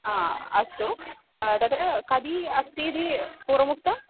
हा अस्तु ततः कति अस्ति इति पूर्वमुक्तम्